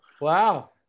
Wow